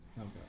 okay